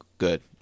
Good